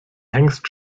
hengst